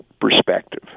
perspective